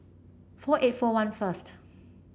four eight four one first